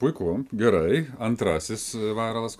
puiku gerai antrasis vairalas